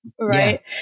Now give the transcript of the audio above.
Right